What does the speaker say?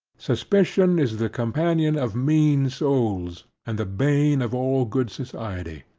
suspicion is the companion of mean souls, and the bane of all good society.